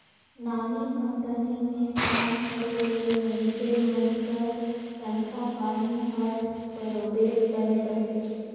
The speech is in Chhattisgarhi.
नामी कंपनी में काम करे ले मइनसे मन कर तनखा पानी हर बरोबेर बने रहथे